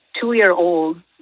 two-year-old